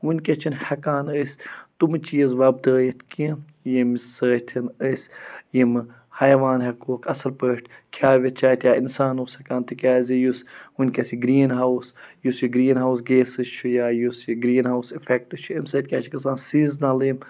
وُنٛکیٚس چھِنہٕ ہیٚکان أسۍ تِم چیٖز وۄبدٲیِتھ کیٚنٛہہ ییٚمہِ سۭتۍ أسۍ یِمہٕ حیوان ہیٚکہوکھ اصٕل پٲٹھۍ کھیٛٲوِتھ چیٛاوِتھ یا اِنسان اوس ہیٚکان تِکیٛازِ یُس وُنٛکیٚس یہِ گرٛیٖن ہاوُس یُس یہِ گرٛیٖن ہاوُس گیسِز چھِ یا یُس یہِ گرٛیٖن ہاوُس اِفیٚکٹہٕ چھُ اَمہِ سۭتۍ کیٛاہ چھُ گَژھان سیٖزنَل یِم